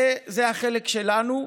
זה החלק שלנו.